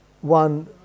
One